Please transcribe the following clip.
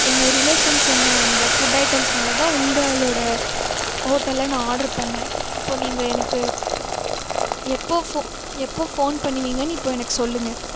எங்கள் ரிலேஷன்ஸ் சொன்ன அந்த ஃபுட் ஐட்டம்ஸ்னால் தான் உங்களோடய ஹோட்டலில் நான் ஆர்டர் பண்ணேன் இப்போது நீங்கள் எனக்கு எப்போது ஃபோ எப்போ ஃபோன் பண்ணுவீங்கன்னு இப்போ எனக்குச் சொல்லுங்கள்